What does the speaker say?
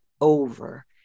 over